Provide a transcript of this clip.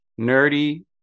nerdy